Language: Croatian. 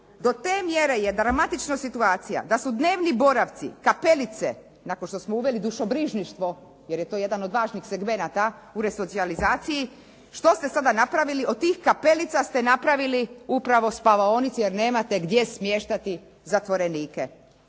do te mjere je dramatična situacija da su dnevni boravci, kapelice nakon što smo uveli dušobrižništvo jer je to jedan od važnih segmenata u resocijalizaciji. Što ste sada napravili? Od tih kapelica ste napravili upravo spavaonice jer nemate gdje smještati zatvorenike,